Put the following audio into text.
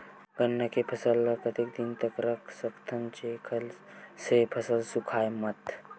गन्ना के फसल ल कतेक दिन तक रख सकथव जेखर से फसल सूखाय मत?